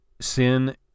sin